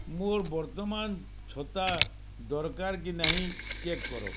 ମୋର ବର୍ତ୍ତମାନ ଛତା ଦରକାର କି ନାହିଁ ଚେକ୍ କର